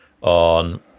on